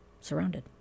surrounded